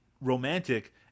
romantic